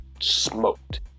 smoked